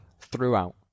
throughout